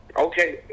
Okay